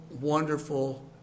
wonderful